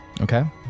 Okay